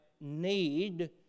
need